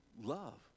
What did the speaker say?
love